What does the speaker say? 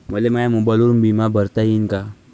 मले माया मोबाईलवरून बिमा भरता येईन का?